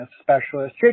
specialist